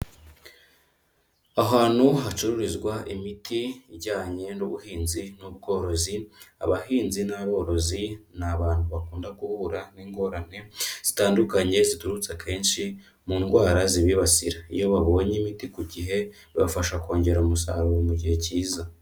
Ahantu hacururizwa imiti ijyanye n'ubuhinzi n'ubworozi, abahinzi n'aborozi ni abantu bakunda guhura n'ingorane zitandukanye ziturutse akenshi mu ndwara zibibasira .Iyo babonye imiti ku gihe, bibafasha kongera umusaruro mu gihe kiza.